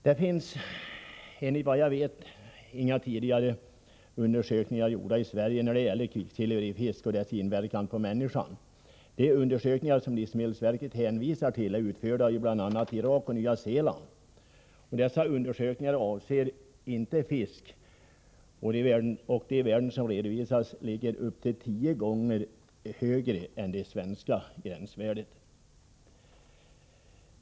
Det finns enligt vad jag vet inga i Sverige gjorda undersökningar av vilken inverkan kvicksilver i fisk har på människan. De undersökningar som livsmedelsverket hänvisar till är utförda bl.a. i Irak och Nya Zeeland, och de avser inte kvicksilver från fisk. De värden som redovisas ligger upp till tio gånger högre än det svenska gränsvärdet.